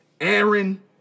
Aaron